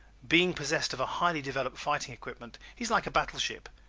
being possessed of a highly developed fighting equipment, he is like a battleship,